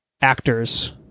actors